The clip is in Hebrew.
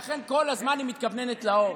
לכן כל הזמן היא מתכוונת לאור.